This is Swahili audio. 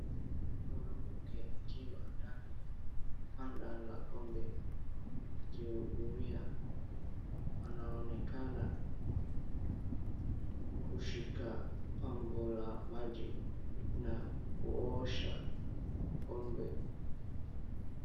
Kuna mke akiwa ndani ya banda la ng'ombe akihudumia. Anaonekana kushika pampu la maji na kuosha ng'ombe.